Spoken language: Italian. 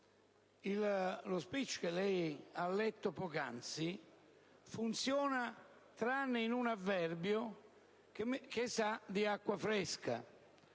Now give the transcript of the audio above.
lo *speech* che lei ha letto poc'anzi funziona, tranne in un avverbio che sa di acqua fresca.